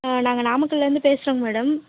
ஆ நாங்கள் நாமக்கல்லேருந்து பேசுறோங்க மேடம்